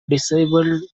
disabled